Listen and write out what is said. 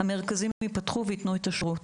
המרכזים יפתחו וייתנו את השירות.